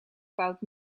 fout